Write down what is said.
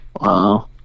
Wow